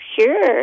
Sure